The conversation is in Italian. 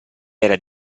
era